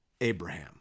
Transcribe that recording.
Abraham